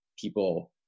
people